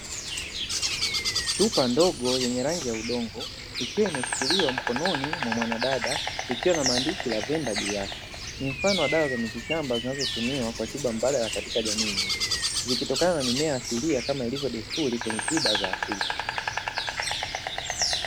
Chupa ndogo yenye rangi ya udongo iliyoshikiliwa na mwanadada ikiwa na maandishi "ravenda" juu yake , ni mfano wa dawa za mitishamba ambazo zinatumiwa katika tiba mbadara katika jamii, zikitokana na mimea asilia kama ilivyo desturi kwenye tiba za asili.